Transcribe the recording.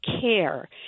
care